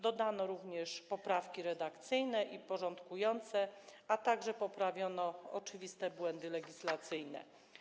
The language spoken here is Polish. Dodano również poprawki redakcyjne i porządkujące, a także poprawiono oczywiste błędy legislacyjne.